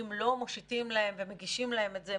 שאם לא מושיטים להן ומגישים להן את זה,